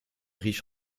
riche